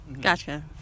gotcha